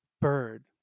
bird